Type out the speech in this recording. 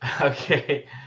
Okay